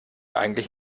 eigentlich